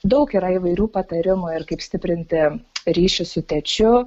daug yra įvairių patarimų ir kaip stiprinti ryšį su tėčiu